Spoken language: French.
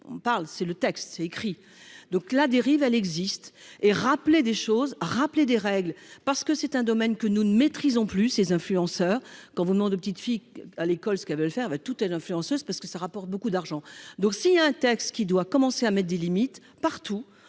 on parle c'est le texte écrit donc la dérive elle existe et rappeler des choses rappeler des règles parce que c'est un domaine que nous ne maîtrisons plus ces influenceurs quand vous demande aux petites filles à l'école ce qu'elles veulent faire va tout influenceuse parce que ça rapporte beaucoup d'argent. Donc si un texte qui doit commencer à mettre des limites partout,